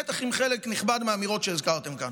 בטח עם חלק מהאמירות שהזכרתם כאן.